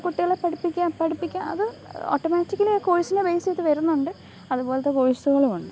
കുട്ടികളെ പഠിപ്പിക്കുക പഠിപ്പിക്കുക അത് ഓട്ടോമാറ്റിക്കലി ആ കോഴ്സിനെ ബേസ് ചെയ്ത് വരുന്നുണ്ട് അതുപോലത്തെ കോഴ്സുകളും ഉണ്ട്